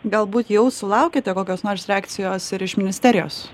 galbūt jau sulaukėte kokios nors reakcijos ir iš ministerijos